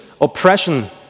oppression